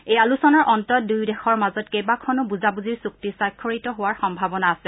এই আলোচনাৰ অন্তত দুয়োদেশৰ মাজত কেইবাখনো বুজাবুজিৰ চুক্তি স্বাক্ষৰিত হোৱাৰ সম্ভাৱনা আছে